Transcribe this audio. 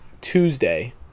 Tuesday